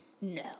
no